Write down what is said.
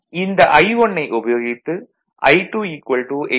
இந்த I1 ஐ உபயோகித்து I2 8